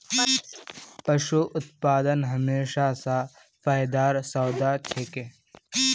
पशू उत्पादन हमेशा स फायदार सौदा छिके